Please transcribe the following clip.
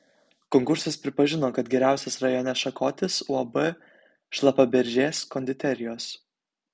konkursas pripažino kad geriausias rajone šakotis uab šlapaberžės konditerijos